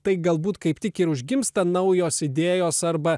tai galbūt kaip tik ir užgimsta naujos idėjos arba